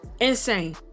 Insane